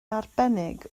arbennig